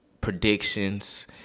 predictions